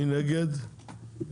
מי נמנע?